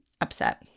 upset